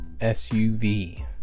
SUV